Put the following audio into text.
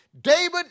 David